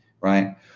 right